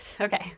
Okay